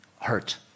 hurt